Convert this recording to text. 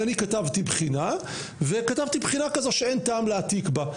אני כתבתי בחינה וכתבתי בחינה כזו שאין טעם להעתיק בה.